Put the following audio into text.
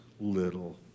little